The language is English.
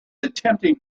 attempting